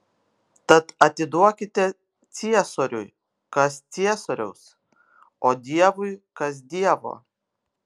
tad atiduokite ciesoriui kas ciesoriaus o dievui kas dievo